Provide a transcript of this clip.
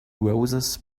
roses